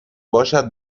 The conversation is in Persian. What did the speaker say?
باشد